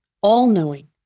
all-knowing